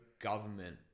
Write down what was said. government